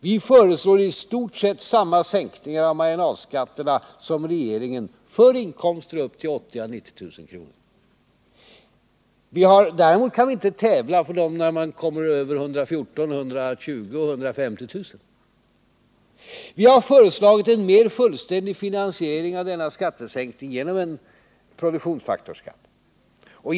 Vi föreslår i stort sett samma sänkningar av marginalskatterna som regeringen för inkomster upp till 80 000 å 90 000 kr. Däremot kan vi inte tävla med regeringen när det handlar om inkomster på upp till 114 000, 120 000 och 150 000 kr. Vi har föreslagit en mer än fullständig finansiering av denna skattesänkning genom en produktionsskatt.